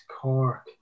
Cork